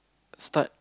start